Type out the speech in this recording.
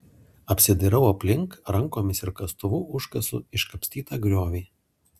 apsidairau aplink rankomis ir kastuvu užkasu iškapstytą griovį